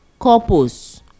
couples